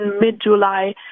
mid-July